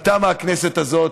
אבל תמה הכנסת הזאת.